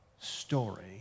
story